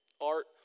art